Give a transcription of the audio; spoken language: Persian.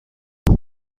منم